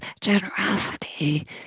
generosity